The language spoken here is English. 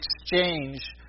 exchange